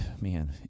Man